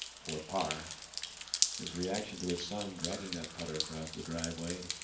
for par his reaction to his son dragging that putter across the driveway.